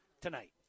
tonight